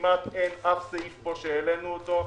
כמעט אין פה אף סעיף שהעלינו אותו,